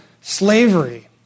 slavery